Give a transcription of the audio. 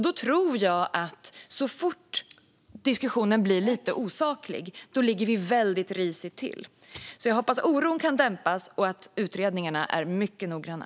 Då tror jag att så fort diskussionen blir lite osaklig ligger vi väldigt risigt till, så jag hoppas att oron kan dämpas och att utredningarna är mycket noggranna.